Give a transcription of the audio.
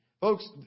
folks